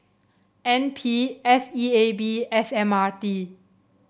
N P S E A B and S M R T